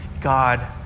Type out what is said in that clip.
God